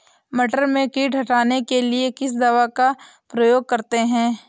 मटर में कीट हटाने के लिए किस दवा का प्रयोग करते हैं?